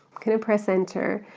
gonna press enter.